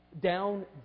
down